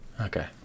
Okay